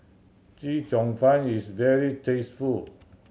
Chee Cheong Fun is very tasty